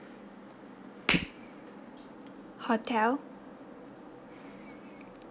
hotel